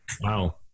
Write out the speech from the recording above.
Wow